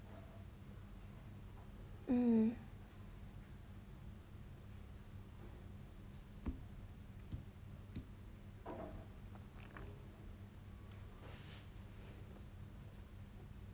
mm